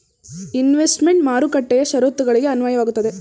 investment ಮಾರುಕಟ್ಟೆಯ ಶರತ್ತುಗಳಿಗೆ ಅನ್ವಯವಾಗುತ್ತದೆ